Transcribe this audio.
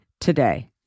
today